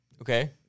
Okay